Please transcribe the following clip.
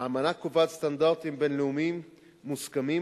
האמנה קובעת סטנדרטים בין-לאומיים מוסכמים